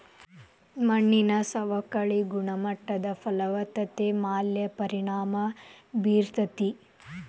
ಮಣ್ಣಿನ ಸವಕಳಿ ಗುಣಮಟ್ಟ ಫಲವತ್ತತೆ ಮ್ಯಾಲ ಪರಿಣಾಮಾ ಬೇರತತಿ